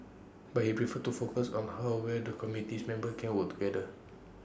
but he preferred to focus on how well the committees members can work together